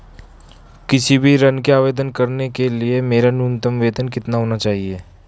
किसी भी ऋण के आवेदन करने के लिए मेरा न्यूनतम वेतन कितना होना चाहिए?